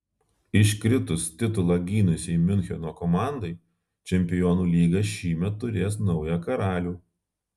iškritus titulą gynusiai miuncheno komandai čempionų lyga šįmet turės naują karalių